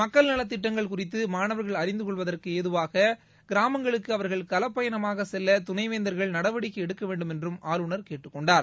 மக்கள் நலத் திட்டங்கள் குறித்து மாணவர்கள் அறிந்து கொள்வதற்கு ஏதுவாக கிராமங்களுக்கு அவர்கள் களப் பயணமாக செல்ல துணைவேந்தர்கள் நடவடிக்கைகள் எடுக்க வேண்டுமென்றும் ஆளுநர் கேட்டுக் கொண்டார்